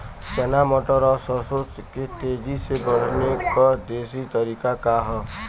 चना मटर और सरसों के तेजी से बढ़ने क देशी तरीका का ह?